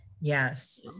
Yes